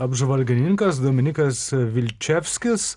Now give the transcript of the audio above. apžvalgininkas dominikas vilčevskis